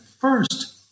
first